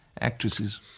actresses